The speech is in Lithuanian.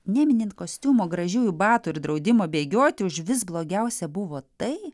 neminint kostiumo gražiųjų batų ir draudimo bėgioti užvis blogiausia buvo tai